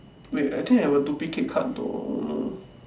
wait I think I have a duplicate card don't know